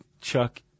Chuck